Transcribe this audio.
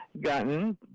gotten